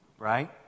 right